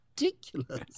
Ridiculous